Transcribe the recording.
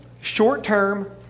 short-term